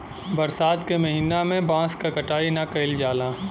बरसात के महिना में बांस क कटाई ना कइल जाला